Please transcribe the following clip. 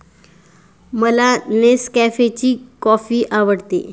मला नेसकॅफेची कॉफी आवडते